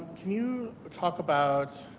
can you talk about